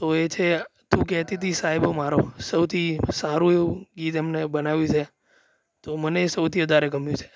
તો એ છે તું કેતી તી સાયબો મારો સૌથી સારું એવું ગીત એમણે બનાવ્યું છે તો મને એ સૌથી વધારે ગમ્યું છે